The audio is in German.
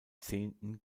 zehnten